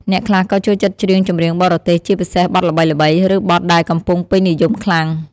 អ្នកខ្លះក៏ចូលចិត្តច្រៀងចម្រៀងបរទេស ជាពិសេសបទល្បីៗ ឬបទដែលកំពុងពេញនិយមខ្លាំង។